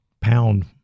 pound